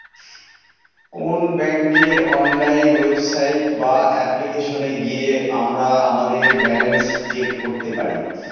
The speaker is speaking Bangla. কোন ব্যাঙ্কের অনলাইন ওয়েবসাইট বা অ্যাপ্লিকেশনে গিয়ে আমরা আমাদের ব্যালান্স চেক করতে পারি